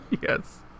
Yes